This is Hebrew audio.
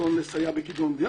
רצון לסייע בקידום המדינה,